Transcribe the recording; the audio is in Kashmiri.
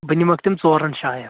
بہٕ نِمَکھ تِم ژورَن جایَن